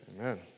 Amen